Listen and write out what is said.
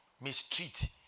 mistreat